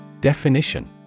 Definition